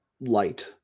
light